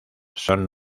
son